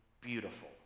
beautiful